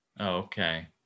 okay